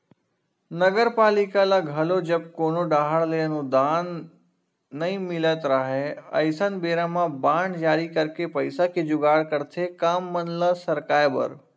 नगरपालिका ल घलो जब कोनो डाहर ले अनुदान नई मिलत राहय अइसन बेरा म बांड जारी करके पइसा के जुगाड़ करथे काम मन ल सरकाय बर